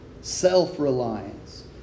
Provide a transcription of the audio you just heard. Self-reliance